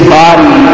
body